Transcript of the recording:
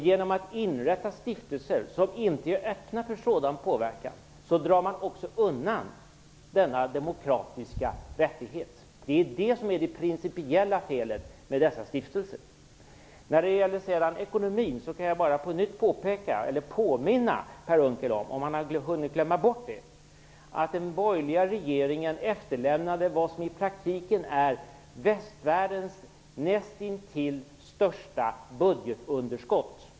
Genom att inrätta stiftelser som inte är öppna för sådan påverkan drar man också undan denna demokratiska rättighet. Det är det som är det principiella felet med dessa stiftelser. När det gäller ekonomin kan jag bara, för den händelse han har hunnit glömma bort det, påminna Per Unckel om att den borgerliga regeringen efterlämnade vad som i praktiken är västvärldens nästintill största budgetunderskott.